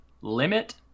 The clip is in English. limit